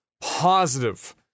positive